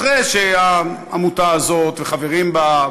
אחרי שהעמותה הזאת וחברים בה,